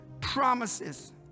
promises